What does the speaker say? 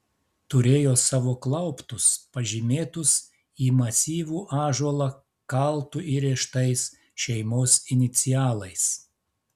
turėjo savo klauptus pažymėtus į masyvų ąžuolą kaltu įrėžtais šeimos inicialais